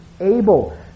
Abel